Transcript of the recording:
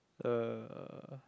uh